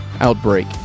Outbreak